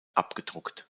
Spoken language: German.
abgedruckt